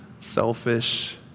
selfish